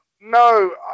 no